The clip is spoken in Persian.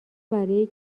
برای